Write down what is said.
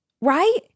right